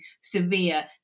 severe